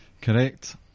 Correct